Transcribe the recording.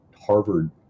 harvard